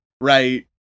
right